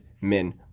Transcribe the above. men